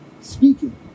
speaking